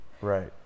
Right